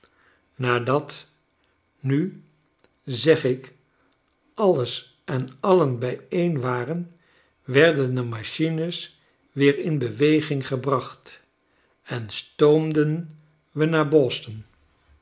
nadat nu zeg ik alles en alien bijeen waren werden de machines weer in beweging gebracht en stoomden we naar boston